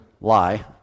lie